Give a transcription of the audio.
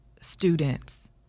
students